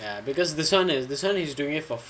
because this [one] is he's doing it for free